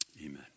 Amen